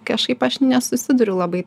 kažkaip aš nesusiduriu labai